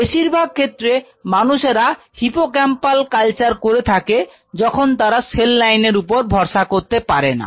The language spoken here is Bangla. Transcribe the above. বেশিরভাগ ক্ষেত্রে মানুষেরা হিপোক্যাম্পাল কালচার করে থাকে যখন তারা সেল লাইনের উপর ভরসা করতে পারে না